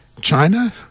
china